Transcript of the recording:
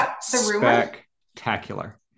spectacular